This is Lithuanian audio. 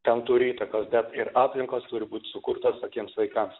tam turi įtakos bet ir aplinkos turi būti sukurtos tokiems vaikams